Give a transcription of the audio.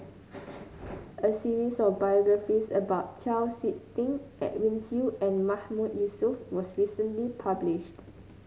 a series of biographies about Chau SiK Ting Edwin Siew and Mahmood Yusof was recently published